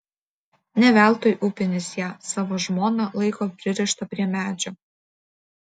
ne veltui upinis ją savo žmoną laiko pririštą prie medžio